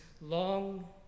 long